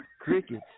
Crickets